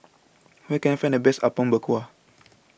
Where Can I Find The Best Apom Berkuah